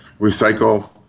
recycle